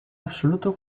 absoluto